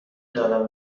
دانم